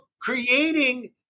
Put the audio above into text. creating